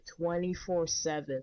24-7